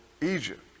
Egypt